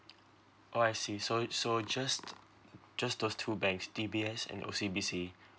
oh I see so so just just those two banks D_B_S and O_C_B_C